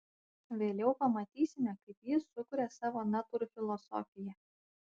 vėliau pamatysime kaip jis sukuria savo natūrfilosofiją